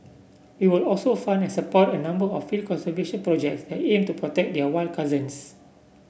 we will also fund and support a number of field conservation projects that aim to protect their wild cousins